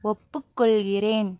ஒப்புக் கொள்கிறேன்